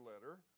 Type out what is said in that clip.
letter